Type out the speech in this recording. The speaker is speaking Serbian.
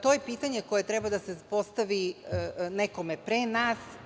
To je pitanje koje treba da se postavi nekome pre nas.